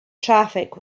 traffic